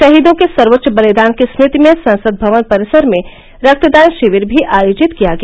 शहीदों के सर्वोच्च बलिदान की स्मृति में संसद भवन परिसर में रक्तदान शिविर भी आयोजित किया गया